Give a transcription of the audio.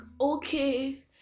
okay